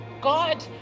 God